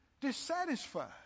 dissatisfied